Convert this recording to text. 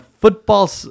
football